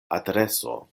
adreso